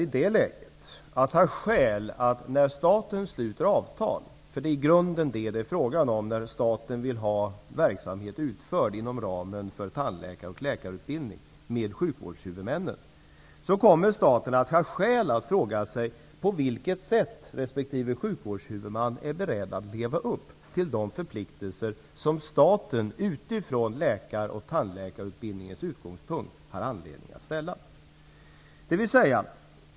I det läget kommer staten, när den sluter avtal med sjukvårdens huvudmän -- för i grunden är det fråga om det när staten vill ha verksamhet utförd inom ramen för tandläkar och läkarutbildning -- att ha skäl att fråga sig på vilket sätt resp. sjukvårdshuvudman är beredd att leva upp till de förpliktelser som staten, utifrån läkar och tandläkarutbildningens utgångspunkter, har anledning att ålägga.